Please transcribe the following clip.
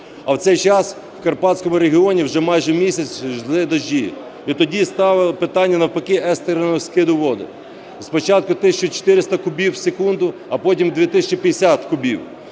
А в цей час у Карпатському регіоні вже майже місяць йшли дощі і тоді ставили питання навпаки екстреного скиду води, спочатку 1 тисяча 400 кубів в секунду, а потім 2 тисячі 50 кубів.